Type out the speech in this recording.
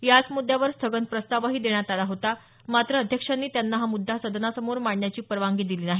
याच मुद्दावर स्थगन प्रस्तावही देण्यात आला होता मात्र अध्यक्षांनी त्यांना हा मुद्दा सदनासमोर मांडण्याची परवानगी दिली नाही